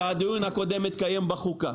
הוא אמר שהדיון הקודם התקיים בוועדת החוקה.